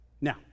Now